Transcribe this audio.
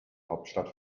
hauptstadt